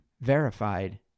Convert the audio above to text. verified